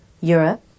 Europe